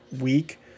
week